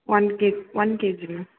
one K one KG ma'am